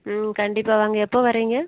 ம் கண்டிப்பாக வாங்க எப்போ வரிங்க